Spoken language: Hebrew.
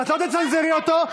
ואת לא תצנזרי אותו,